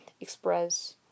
express